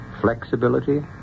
flexibility